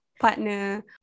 partner